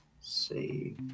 Save